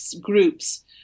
groups